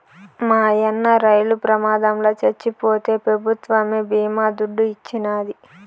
మాయన్న రైలు ప్రమాదంల చచ్చిపోతే పెభుత్వమే బీమా దుడ్డు ఇచ్చినాది